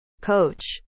Coach